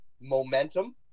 Momentum